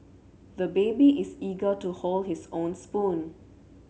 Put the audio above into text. the baby is eager to hold his own spoon